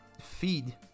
feed